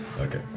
Okay